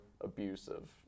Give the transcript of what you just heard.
abusive